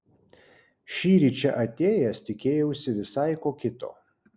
šįryt čia atėjęs tikėjausi visai ko kito